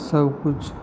सबकिछु